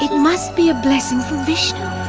must be a blessing from vishnu.